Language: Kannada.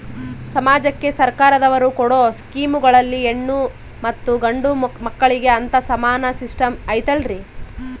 ಸಮಾಜಕ್ಕೆ ಸರ್ಕಾರದವರು ಕೊಡೊ ಸ್ಕೇಮುಗಳಲ್ಲಿ ಹೆಣ್ಣು ಮತ್ತಾ ಗಂಡು ಮಕ್ಕಳಿಗೆ ಅಂತಾ ಸಮಾನ ಸಿಸ್ಟಮ್ ಐತಲ್ರಿ?